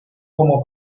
como